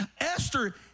Esther